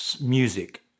music